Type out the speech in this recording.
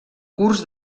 curs